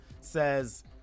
says